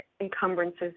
encumbrances